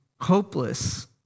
hopeless